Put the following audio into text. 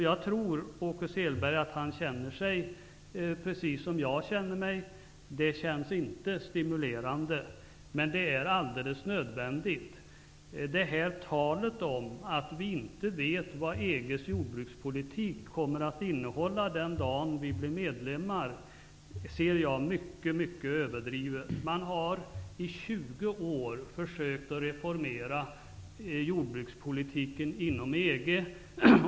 Jag tror att jordbruksministern känner sig precis som jag känner mig, dvs. att det inte känns stimulerande. Men det är alldeles nödvändigt. Talet om att vi inte vet vad EG:s jordbrukspolitik kommer att innehålla den dag då vi blir medlemmar ser jag som mycket överdrivet. Man har i 20 år försökt att reformera jordbrukspolitiken inom EG.